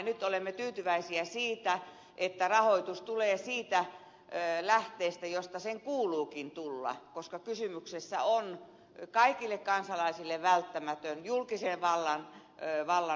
nyt olemme tyytyväisiä siitä että rahoitus tulee siitä lähteestä josta sen kuuluukin tulla koska kysymyksessä on kaikille kansalaisille välttämätön julkisen vallan huolehtima palvelu